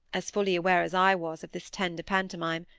as fully aware as i was of this tender pantomime,